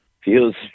Feels